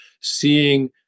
seeing